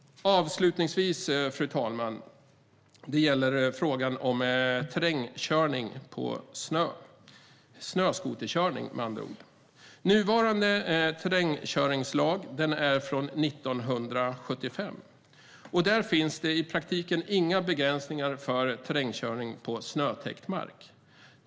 Avslutningsvis, fru talman, gäller det frågan om terrängkörning på snö - snöskoterkörning med andra ord. Nuvarande terrängkörningslag är från 1975. Där finns det i praktiken inga begränsningar för terrängkörning på snötäckt mark.